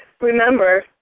Remember